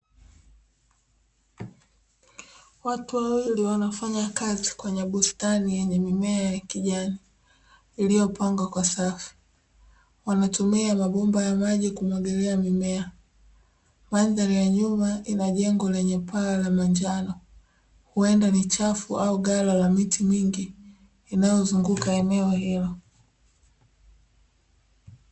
Watu wawili wanafanya kazi kwenye bustani yenye mimea ya kijani iliyopangwa kwa safu; wanatumia mabomba ya maji kumwagilia mimea. Mandhari ya nyuma ina jengo lenye paa la manjano, huenda ni chafu au ghala la miti mingi inayozunguka eneo hilo.